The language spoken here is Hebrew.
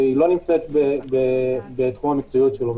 והיא לא נמצאת בתחום המקצועיות שלו.